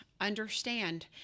understand